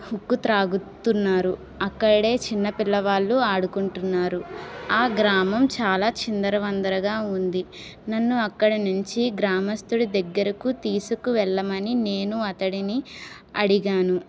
ఉక్కు త్రాగుతున్నారు అక్కడే చిన్నపిల్లవాళ్ళు ఆడుకుంటున్నారు ఆ గ్రామం చాలా చిందరవందరగా ఉంది నన్ను అక్కడ నుంచి గ్రామస్తుడు దగ్గరకు తీసుకు వెళ్ళమని నేను అతడిని అడిగాను